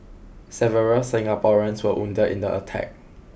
several Singaporeans were wounded in the attack